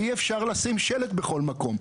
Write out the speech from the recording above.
אי אפשר לשים שלט בכל מקום.